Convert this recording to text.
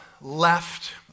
left